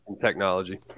technology